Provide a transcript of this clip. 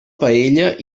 paella